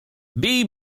bij